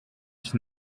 ich